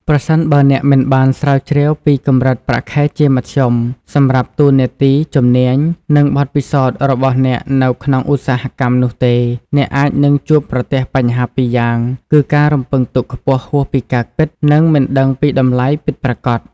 ប្រសិនបើអ្នកមិនបាន ស្រាវជ្រាវពីកម្រិតប្រាក់ខែជាមធ្យម សម្រាប់តួនាទី ជំនាញ និងបទពិសោធន៍របស់អ្នកនៅក្នុងឧស្សាហកម្មនោះទេ អ្នកអាចនឹងជួបប្រទះបញ្ហាពីរយ៉ាងគឺ ការរំពឹងទុកខ្ពស់ហួសពីការពិត និងមិនដឹងពីតម្លៃពិតប្រាកដ។